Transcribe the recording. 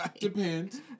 Depends